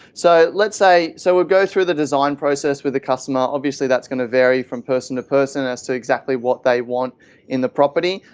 so let's say, so we go through the design process with the customer, obviously that's going to vary from person to person as to exactly what they want in the property.